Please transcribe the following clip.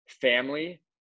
family